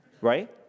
right